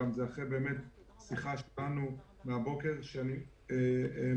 שבאים גם אחרי שיחה שלנו מהבוקר שבה שיתפתי